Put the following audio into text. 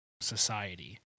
society